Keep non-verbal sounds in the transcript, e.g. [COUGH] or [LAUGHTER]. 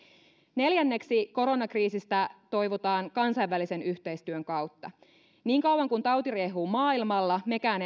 neljänneksi koronakriisistä toivutaan kansainvälisen yhteistyön kautta niin kauan kuin tauti riehuu maailmalla mekään [UNINTELLIGIBLE]